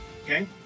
okay